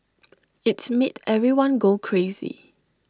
it's made everyone go crazy